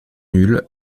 nul